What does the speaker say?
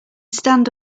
stand